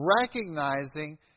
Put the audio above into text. recognizing